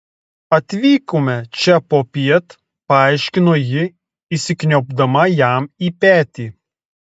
atvykome čia popiet paaiškino ji įsikniaubdama jam į petį